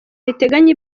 riteganya